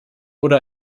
oder